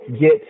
get